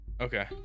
Okay